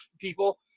people